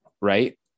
right